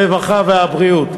הרווחה והבריאות.